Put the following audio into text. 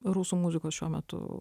rusų muzikos šiuo metu